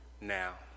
now